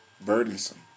burdensome